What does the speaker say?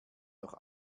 noch